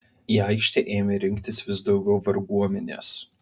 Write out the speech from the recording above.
į aikštę ėmė rinktis vis daugiau varguomenės